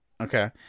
Okay